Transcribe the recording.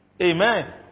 Amen